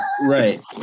Right